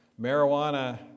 Marijuana